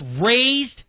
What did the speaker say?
raised